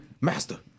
Master